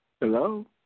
Hello